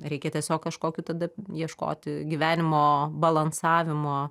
reikia tiesiog kažkokiu tada ieškoti gyvenimo balansavimo